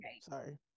sorry